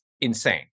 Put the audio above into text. insane